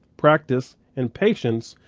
practice, and patience,